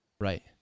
right